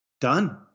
done